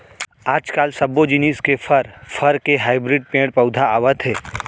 आजकाल सब्बो जिनिस के फर, फर के हाइब्रिड पेड़ पउधा आवत हे